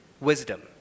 wisdom